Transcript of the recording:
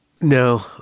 no